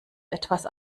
etwas